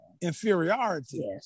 inferiority